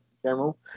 General